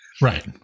Right